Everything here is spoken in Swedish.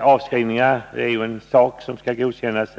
Avskrivningar skall ju godkännas